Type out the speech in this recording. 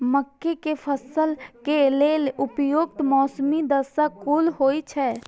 मके के फसल के लेल उपयुक्त मौसमी दशा कुन होए छै?